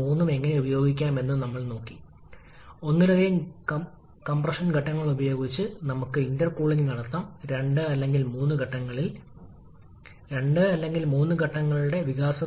വീണ്ടും ചൂടാക്കാതെ മൊത്തം താപ ഇൻപുട്ട് ആവശ്യകത ആയിരിക്കും 𝑞𝑤𝑖𝑡 ℎ𝑜𝑢𝑡 𝑟𝑒ℎ𝑒𝑎𝑡 𝑐𝑝 𝑇3 − 𝑇2 സിസ്റ്റത്തിൽ വീണ്ടും